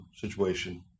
situation